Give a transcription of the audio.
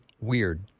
weird